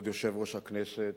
כבוד יושב-ראש הכנסת,